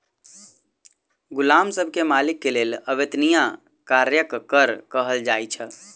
गुलाम सब के मालिक के लेल अवेत्निया कार्यक कर कहल जाइ छल